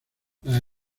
las